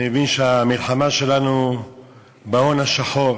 אני מבין שהמלחמה שלנו היא בהון השחור.